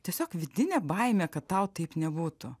tiesiog vidinė baimė kad tau taip nebūtų